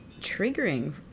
triggering